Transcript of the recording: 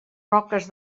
roques